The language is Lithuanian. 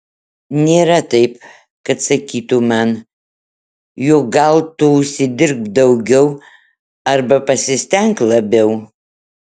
nėra taip kad sakytų man jog gal tu užsidirbk daugiau arba pasistenk labiau